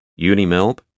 UniMelb